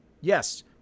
Yes